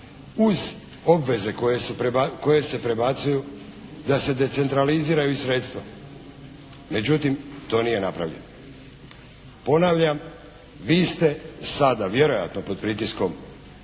uz obveze koje se prebacuju da se decentraliziraju sredstva, međutim to nije napravljeno. Ponavljam, vi ste sada vjerojatno pod pritiskom